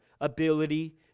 ability